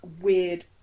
weird